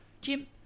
Jim